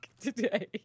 today